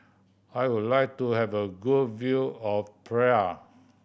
I would like to have a good view of Praia